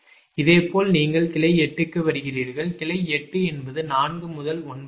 இதேபோல் நீங்கள் கிளை 8 க்கு வருகிறீர்கள் கிளை 8 என்பது 4 முதல் 9 வரை